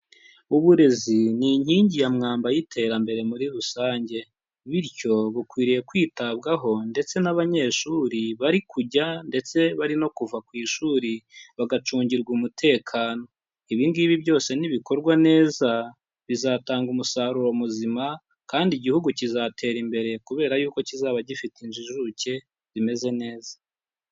Uburezi ni inkingi ya mwamba y'iterambere muri rusange, bityo bukwiriye kwitabwaho ndetse n'abanyeshuri bari kujya ndetse bari no kuva ku ishuri bagacungirwa umutekano, ibi ngibi byose nibikorwa neza bizatanga umusaruro muzima, kandi igihugu kizatera imbere kubera yuko kizaba gifite injijuke zimeze neza.